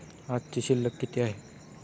आजची शिल्लक किती आहे?